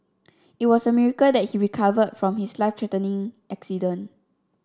it was a miracle that he recovered from his life threatening accident